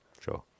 Sure